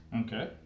Okay